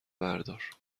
بردار